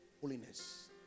holiness